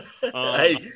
hey